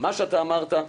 מה שאתה אמרת,